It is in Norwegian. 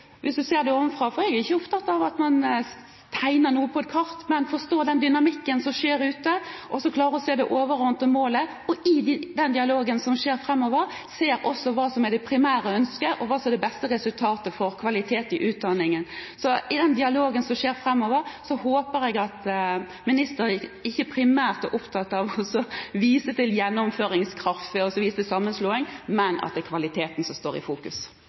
hvis du ser det ovenfra – jeg er ikke opptatt av at man tegner noe på et kart, men forstår den dynamikken som skjer der ute – å klare å se det overordnede målet, og i den dialogen som skjer framover, også ser hva som er det primære ønsket, og hva som er det beste resultatet for kvalitet i utdanningen. I den dialogen som skjer framover, håper jeg at ministeren ikke primært er opptatt av å vise til gjennomføringskraft og sammenslåing, men at det er kvaliteten som står i fokus.